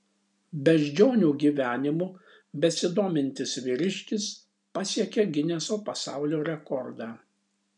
beždžionių gyvenimu besidomintis vyriškis pasiekė gineso pasaulio rekordą